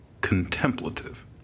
contemplative